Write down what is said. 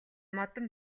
модон